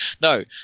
no